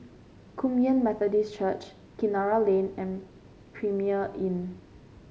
Kum Yan Methodist Church Kinara Lane and Premier Inn